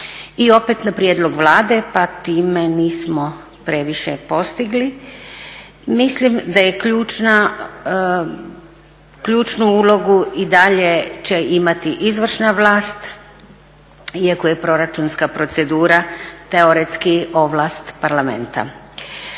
I opet na prijedlog Vlade, pa time nismo previše postigli. Mislim da je ključnu ulogu i dalje će imati izvršna vlast iako je proračunska procedura teoretski ovlast Parlamenta.